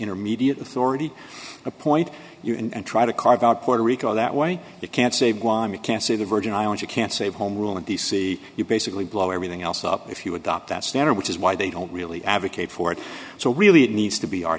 intermediate authority appoint you and try to carve out puerto rico that way you can't say why you can't see the virgin island you can't say home rule in d c you basically blow everything else up if you adopt that standard which is why they don't really advocate for it so really it needs to be our